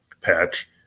patch